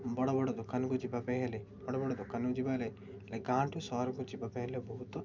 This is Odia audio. ବଡ଼ ବଡ଼ ଦୋକାନକୁ ଯିବା ପାଇଁ ହେଲେ ବଡ଼ ବଡ଼ ଦୋକାନକୁ ଯିବା ହେଲେ ହେଲେ ଗାଁ ଠୁ ସହରକୁ ଯିବା ପାଇଁ ହେଲେ ବହୁତ